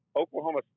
Oklahoma